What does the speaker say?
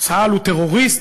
"צה"ל הוא טרוריסט",